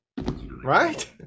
Right